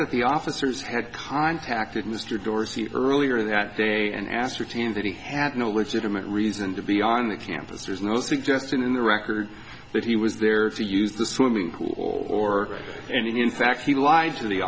that the officers had contacted mr dorsey earlier that day and ascertained that he had no legitimate reason to be on campus there's no suggestion in the record that he was there to use the swimming pool or and in fact he lied to the